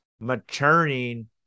maturing